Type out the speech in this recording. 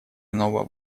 иного